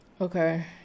Okay